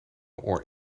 oor